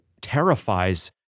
terrifies